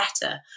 better